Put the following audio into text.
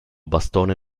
bastone